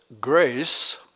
grace